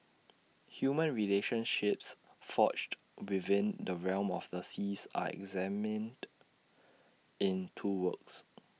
human relationships forged within the realm of the seas are examined in two works